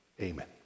Amen